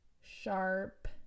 sharp